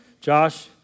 Josh